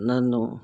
నన్ను